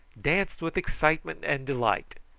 danced with excitement and delight.